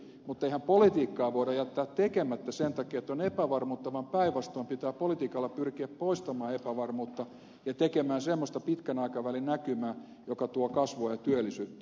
mutta eihän politiikkaa voida jättää tekemättä sen takia että on epävarmuutta vaan päinvastoin pitää politiikalla pyrkiä poistamaan epävarmuutta ja tekemään semmoista pitkän aikavälin näkymää joka tuo kasvua ja työllisyyttä